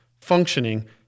functioning